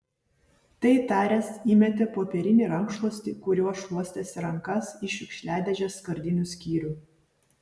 tai taręs įmetė popierinį rankšluostį kuriuo šluostėsi rankas į šiukšliadėžės skardinių skyrių